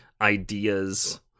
ideas